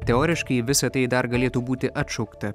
teoriškai visa tai dar galėtų būti atšaukta